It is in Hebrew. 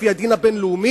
לפי הדין הבין-לאומי,